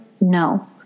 No